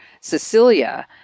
Cecilia